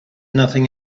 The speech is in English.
nothing